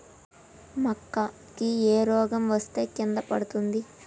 మక్కా కి ఏ రోగం వస్తే కింద పడుతుంది?